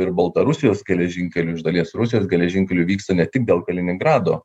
ir baltarusijos geležinkelių iš dalies rusijos geležinkelių vyksta ne tik dėl kaliningrado